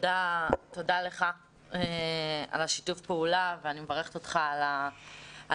תודה לך על שיתוף הפעולה ואני מברכת אותך על התפקיד.